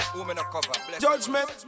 Judgment